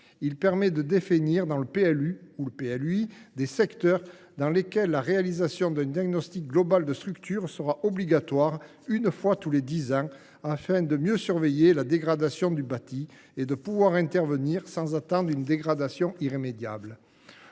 ou intercommunal (PLU ou PLUi), des secteurs dans lesquels la réalisation d’un diagnostic global de structure sera obligatoire, une fois tous les dix ans, afin de mieux surveiller la dégradation du bâti et de pouvoir intervenir sans attendre une dégradation irrémédiable.